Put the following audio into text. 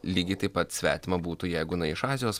lygiai taip pat svetima būtų jeigu na iš azijos